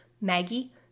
Maggie